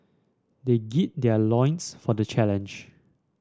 they gird their loins for the challenge